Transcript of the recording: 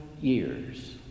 years